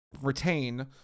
retain